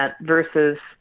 versus